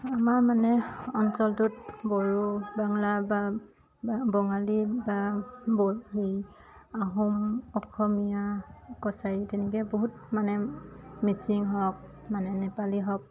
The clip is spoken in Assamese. আমাৰ মানে অঞ্চলটোত বড়ো বাংলা বা বা বঙালী বা হেৰি আহোম অসমীয়া কছাৰী তেনেকে বহুত মানে মিচিং হওক মানে নেপালী হওক